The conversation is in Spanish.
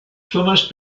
thomas